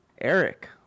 Eric